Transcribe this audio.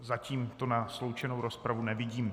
Zatím to na sloučenou rozpravu nevidím.